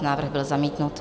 Návrh byl zamítnut.